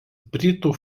britų